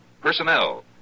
personnel